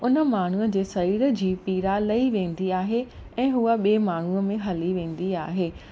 उन माण्हूअ जे शरीरु जी पीढ़ा लही वेंदी आहे